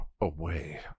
away